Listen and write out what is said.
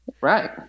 Right